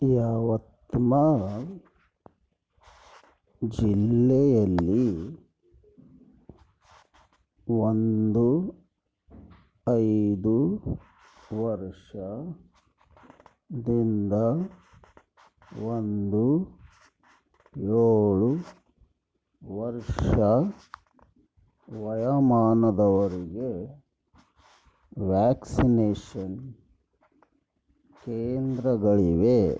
ಯವತ್ಮಾಲ್ ಜಿಲ್ಲೆಯಲ್ಲಿ ಒಂದು ಐದು ವರ್ಷದಿಂದ ಒಂದು ಏಳು ವರ್ಷ ವಯೋಮಾನದವರಿಗೆ ವ್ಯಾಕ್ಸಿನೇಶನ್ ಕೇಂದ್ರಗಳಿವೆ